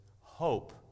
hope